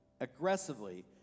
aggressively